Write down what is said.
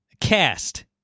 Cast